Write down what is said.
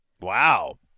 Wow